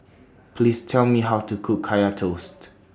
Please Tell Me How to Cook Kaya Toast